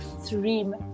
extreme